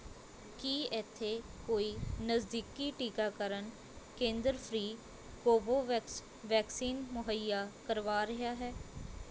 ਕੀ ਇੱਥੇ ਕੋਈ ਨਜ਼ਦੀਕੀ ਟੀਕਾਕਰਨ ਕੇਂਦਰ ਫ੍ਰੀ ਕੋਵੋਵੈਕਸ ਵੈਕਸੀਨ ਮੁਹੱਈਆ ਕਰਵਾ ਰਿਹਾ ਹੈ